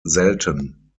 selten